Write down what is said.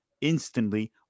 instantly